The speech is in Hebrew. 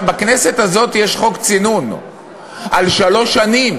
בכנסת הזאת יש חוק צינון של שלוש שנים,